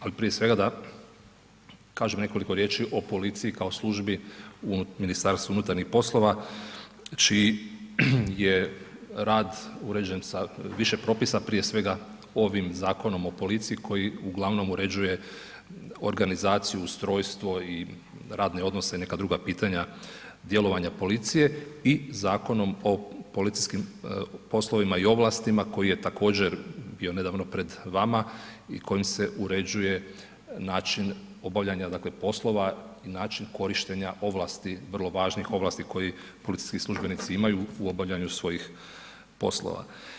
Ali prije svega da kažem nekoliko riječi o policiji kao službi u MUP-u čiji je rad uređen sa više propisa, prije svega ovim Zakonom o policiji koji uglavnom uređuje organizaciju, ustrojstvo i radne odnose i neka druga pitanja djelovanja policije i Zakonom o policijskim poslovima i ovlastima koji je također bio nedavno pred vama i kojim se uređuje način obavljanja dakle poslova i način korištenja ovlasti, vrlo važnih ovlasti koje policijski službenici imaju u obavljanju svojih poslova.